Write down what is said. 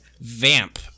Vamp